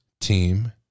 team